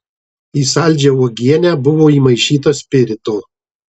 į saldžią uogienę buvo įmaišyta spirito